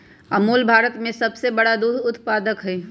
अमूल भारत में सबसे बड़ा दूध उत्पादक हई